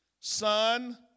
Son